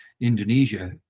Indonesia